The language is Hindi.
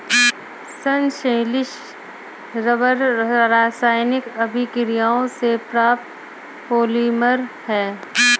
संश्लेषित रबर रासायनिक अभिक्रियाओं से प्राप्त पॉलिमर है